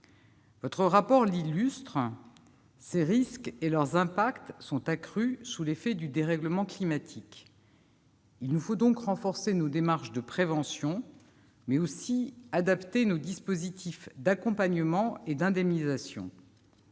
d'information l'illustre : ces risques et leurs impacts sont accrus sous l'effet du dérèglement climatique. Il nous faut donc renforcer nos démarches de prévention, mais aussi adapter nos dispositifs d'accompagnement et d'indemnisation.